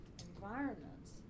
environments